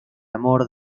amor